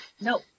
No